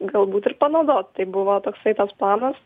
galbūt ir panaudot tai buvo toksai tas planas